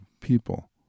people